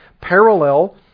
parallel